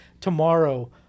tomorrow